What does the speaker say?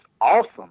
awesome